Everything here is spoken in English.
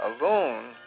alone